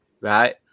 Right